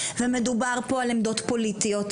ומדובר פה על עמדות פוליטיות.